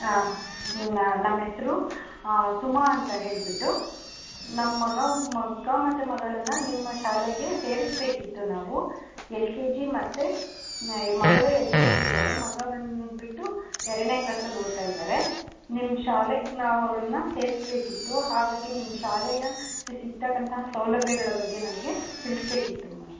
ಹಾಂ ನಿಮ್ಮ ನಮ್ಮ ಹೆಸ್ರು ಸುಮ ಅಂತ ಹೇಳಿಬಿಟ್ಟು ನಮ್ಮ ಮಗ ಮಗ ಮತ್ತು ಮಗಳನ್ನು ನಿಮ್ಮ ಶಾಲೆಗೆ ಸೇರಿಸಬೇಕಿತ್ತು ನಾವು ಎಲ್ ಕೆ ಜಿ ಮತ್ತು ಮಗಳು ಎಲ್ ಕೆ ಜಿ ಇದ್ದಾರೆ ಮಗ ಬಂದು ಬಿಟ್ಟು ಎರಡನೇ ಕ್ಲಾಸಲ್ಲಿ ಓದ್ತಾ ಇದ್ದಾರೆ ನಿಮ್ಮ ಶಾಲೆಗೆ ನಾವು ಅವ್ರನ್ನು ಸೇರಿಸಬೇಕಿತ್ತು ಹಾಗಾಗಿ ನಿಮ್ಮ ಶಾಲೆಯ ಸಿಗ್ತಕ್ಕಂತಹ ಸೌಲಭ್ಯಗಳ ಬಗ್ಗೆ ನಮಗೆ ತಿಳಿಸ್ಬೇಕಿತ್ತು ಮ್ಯಾಮ್